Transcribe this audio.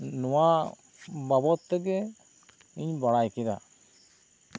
ᱱᱚᱣᱟ ᱵᱟᱵᱚᱛ ᱛᱮᱜᱮ ᱤᱧ ᱵᱟᱲᱟᱭ ᱠᱮᱫᱟ